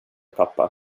pappa